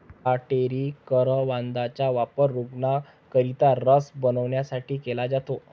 काटेरी करवंदाचा वापर रूग्णांकरिता रस बनवण्यासाठी केला जातो